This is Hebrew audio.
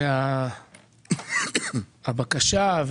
הבקשה,